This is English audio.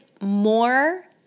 more